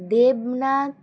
Debnath